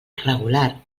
regular